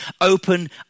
open